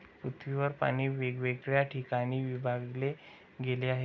पृथ्वीवर पाणी वेगवेगळ्या ठिकाणी विभागले गेले आहे